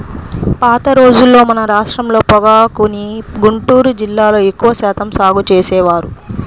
పాత రోజుల్లో మన రాష్ట్రంలో పొగాకుని గుంటూరు జిల్లాలో ఎక్కువ శాతం సాగు చేసేవారు